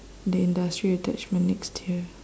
the industry attachment next year